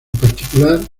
particular